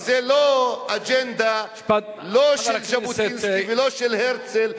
זו לא אג'נדה, לא של ז'בוטינסקי ולא של הרצל,